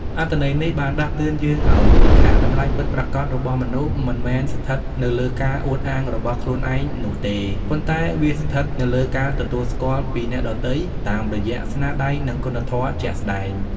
អត្ថន័យនេះបានដាស់តឿនយើងឱ្យយល់ថា តម្លៃពិតប្រាកដរបស់មនុស្សមិនមែនស្ថិតនៅលើការអួតអាងរបស់ខ្លួនឯងនោះទេ ប៉ុន្តែវាស្ថិតនៅលើការទទួលស្គាល់ពីអ្នកដទៃតាមរយៈស្នាដៃ និងគុណធម៌ជាក់ស្ដែង។